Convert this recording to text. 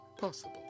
possible